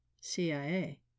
CIA